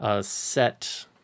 set